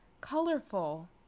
Colorful